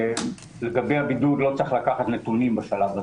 לגבי הבידוד לא צריך לקחת נתונים בשלב הזה,